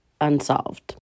unsolved